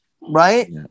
Right